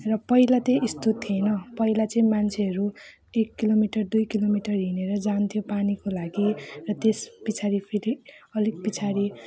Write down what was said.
र पहिला चाहिँ यस्तो थिएन पहिला चाहिँ मान्छेहरू एक किलोमिटर दुई किलोमिटर हिँडेर जान्थ्यो पानीको लागि र त्यस पछाडि फेरि अलिक पछाडि